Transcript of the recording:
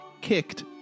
kicked